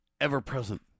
ever-present